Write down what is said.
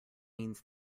means